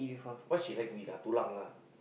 what she like to eat ah tulang ah